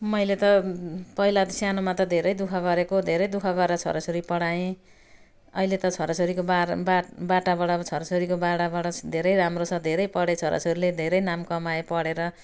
मैले त पहिला त सानोमा त धेरै दुःख गरेको धेरै दुःख गरेर छोराछोरी पढाएँ अहिले त छोराछोरीको बार बार बाटा बाट अब छोराछोरीको बाट बाट धेरै राम्रो छ धेरै पढे छोराछोरीले धेरै नाम कमाए पढेर